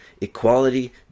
equality